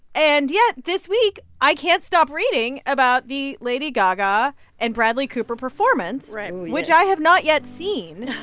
and yet this week, i can't stop reading about the lady gaga and bradley cooper performance. right. which i have not yet seen